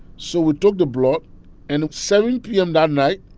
so we took the blood and at seven p m. that night,